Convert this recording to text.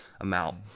amount